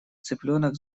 цыпленок